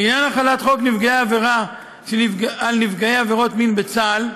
לעניין החלת חוק נפגעי עבירה על נפגעי עבירות מין בצה"ל,